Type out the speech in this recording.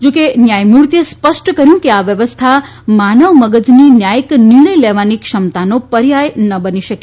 જો કે ન્યાયમૂર્તિએ સ્પષ્ટ કર્યું કે આ વ્યવસ્થા માનવ મગજ ની ન્યાયીક નિર્ણય લેવાની ક્ષમતા પર્યાય ન બની શકે